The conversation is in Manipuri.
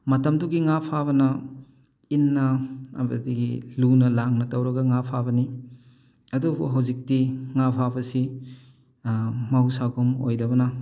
ꯃꯇꯝꯗꯨꯒꯤ ꯉꯥ ꯐꯥꯕꯅ ꯏꯟꯅ ꯑꯃꯗꯤ ꯂꯨꯅ ꯂꯥꯡꯅ ꯇꯧꯔꯒ ꯉꯥ ꯐꯥꯕꯅꯤ ꯑꯗꯨꯕꯨ ꯍꯧꯖꯤꯛꯇꯤ ꯉꯥ ꯐꯥꯕꯁꯤ ꯃꯍꯧꯁꯥꯒꯨꯝ ꯑꯣꯏꯗꯕꯅ